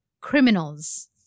criminals